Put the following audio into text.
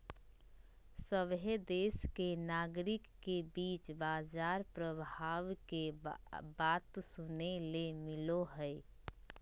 सभहे देश के नागरिक के बीच बाजार प्रभाव के बात सुने ले मिलो हय